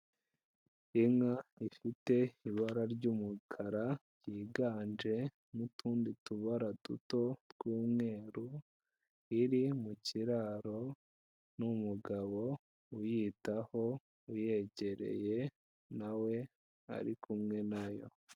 Inka ifite ibara ry'umukara ryiganje n'utundi tubara duto tw'umweru, iri mu kiraro n'umugabo uyitaho uyegereye na we ari kumwe nayo.